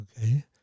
Okay